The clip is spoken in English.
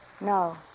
No